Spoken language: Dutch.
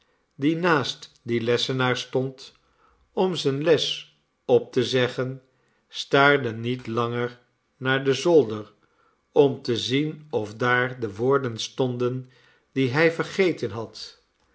die naast dien lessenaar stond om zijne les op te zeggen staarde niet langer naar den zolder om te zien of daar de woorden stonden die hij vergeten had